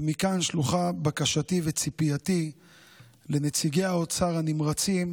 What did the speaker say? ומכאן שלוחה בקשתי וציפייתי לנציגי האוצר הנמרצים